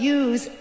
use